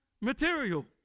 material